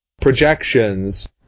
projections